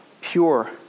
pure